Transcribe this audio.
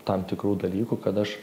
tam tikrų dalykų kad aš